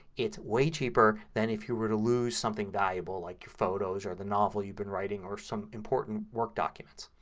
it's way cheaper than if you were to loose something valuable like photos or the novel you've been writing or some important work document.